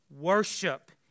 worship